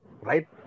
right